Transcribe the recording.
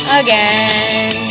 again